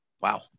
Wow